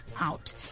out